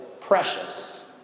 precious